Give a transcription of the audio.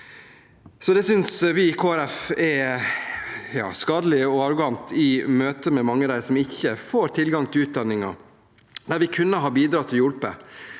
Folkeparti er skadelig og arrogant i møte med mange av dem som ikke får tilgang til utdanning, der vi kunne ha bidratt og hjulpet.